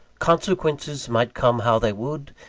consequences might come how they would,